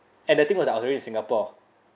and the thing was I was already in singapore